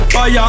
Fire